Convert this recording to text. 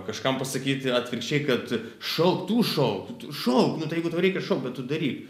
kažkam pasakyti atvirkščiai kad šauk tu šauk tu šauk nu tai jeigu tau reikia šaukt bet tu daryk